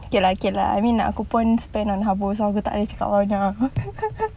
okay okay lah I mean aku pun spent on harbour so aku tak boleh cakap banyak sangat